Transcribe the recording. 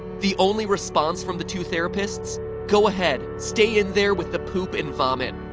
the only response from the two therapists go ahead. stay in there with the poop and vomit.